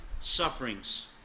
sufferings